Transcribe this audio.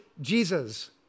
Jesus